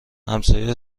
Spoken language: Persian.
همسایه